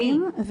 של תזונאים,